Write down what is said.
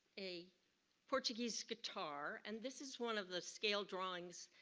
a portuguese guitar and this is one of the scale drawings,